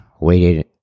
waited